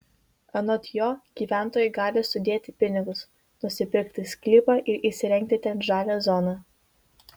anot jo gyventojai gali sudėti pinigus nusipirkti sklypą ir įsirengti ten žalią zoną